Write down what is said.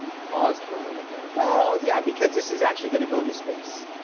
paused for a moment there well, yeah because this is actually going to go into space.